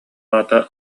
аата